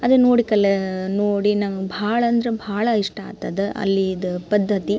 ಅದನ್ನು ನೋಡಿ ಕಲ್ಯಾ ನೋಡಿ ನಂಗೆ ಭಾಳ ಅಂದ್ರೆ ಭಾಳ ಇಷ್ಟ ಆತು ಅದು ಅಲ್ಲಿಯದು ಪದ್ದತಿ